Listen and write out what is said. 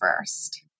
first